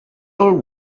all